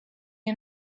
you